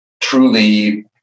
truly